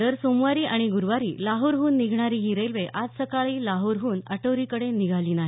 दर सोमवारी आणि गुरुवारी लाहोरहून निघणारी ही रेल्वे आज सकाळी लाहोरहून अटारीकडे निघाली नाही